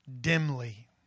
dimly